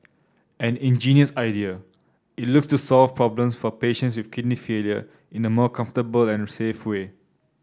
an ingenious idea it looks to solve problems for patients with kidney failure in a more comfortable and safe way